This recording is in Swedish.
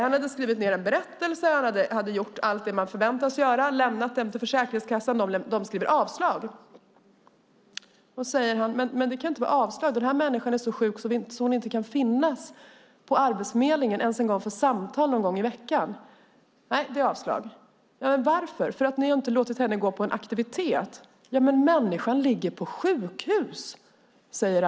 Han hade skrivit ned en berättelse och hade gjort allt det som man förväntas göra och lämnat den till Försäkringskassan. Försäkringskassan skriver: Avslag. Han sade då att det inte kan bli ett avslag eftersom denna människa är så sjuk att hon inte kan infinna sig på Arbetsförmedlingen ens för samtal någon gång i veckan. Men det är avslag. Han frågar varför det blir avslag. Han får då till svar att det beror på att Arbetsförmedlingen inte har låtit denna kvinna gå på en aktivitet.